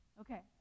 Okay